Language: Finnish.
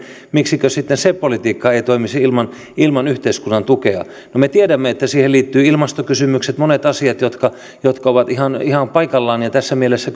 miksikö sitten se politiikka ei toimisi ilman ilman yhteiskunnan tukea no me tiedämme että siihen liittyvät ilmastokysymykset monet asiat jotka jotka ovat ihan paikallaan ja tässä mielessä